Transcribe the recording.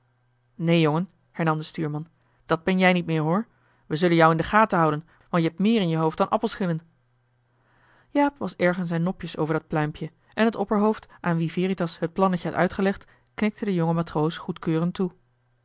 neen jongen hernam de stuurman dat ben jij niet meer hoor we zullen jou in de gaten houden want je hebt méér in je hoofd dan appelschillen jaap was erg in zijn nopjes over dat pluimpje en het opperhoofd aan wien veritas het plannetje had uitgelegd knikte den jongen matroos goedkeurend toe